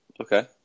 okay